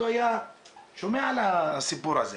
ראש המועצה, נקודות נוספות בשלב הזה?